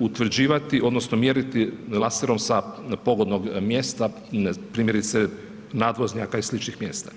utvrđivati odnosno mjeriti laserom sa pogodnog mjesta, primjerice nadvožnjaka i sličnih mjesta.